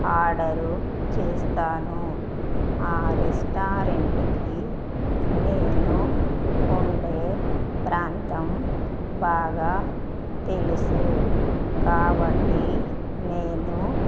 order చేస్తాను ఆ రెస్టారెంటుకి నేను ఉండే ప్రాంతం బాగా తెలుసు కాబట్టి నేను